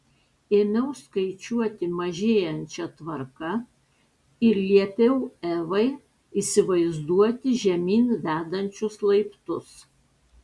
ėmiau skaičiuoti mažėjančia tvarka ir liepiau evai įsivaizduoti žemyn vedančius laiptus